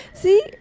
See